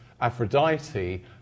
Aphrodite